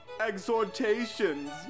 Exhortations